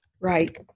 Right